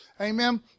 Amen